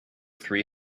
three